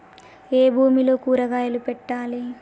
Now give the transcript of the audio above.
ఏ భూమిలో కూరగాయలు పెట్టాలి?